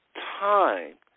Time